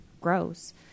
gross